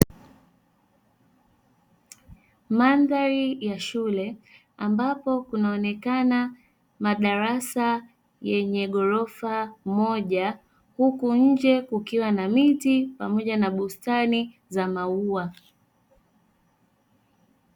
Mandhari ya shule, ambapo kuna onekana madarasa yenye ghorofa moja, huku nje kukiwa na miti pamoja na bustani za maua.